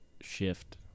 shift